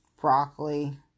Broccoli